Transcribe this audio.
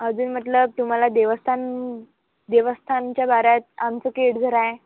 अजून मतलब तुम्हाला देवस्थान देवस्थानच्या बारा आमचं केळझर आहे